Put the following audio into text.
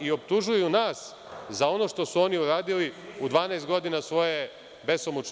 i optužuju nas za ono što su oni uradili u 12 godina svoje besomučne vladavine.